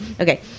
Okay